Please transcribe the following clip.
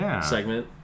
segment